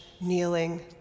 kneeling